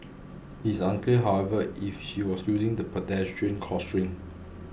it is unclear however if she was using the pedestrian crossing